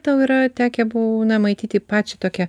tau yra tekę būna matyti pačią tokią